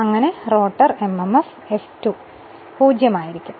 അങ്ങനെയെങ്കിൽ rotor mmf F2 പൂജ്യമായിരിക്കും